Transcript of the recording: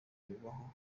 bibaho